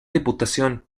diputación